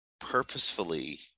purposefully